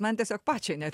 man tiesiog pačiai net